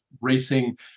racing